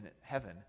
heaven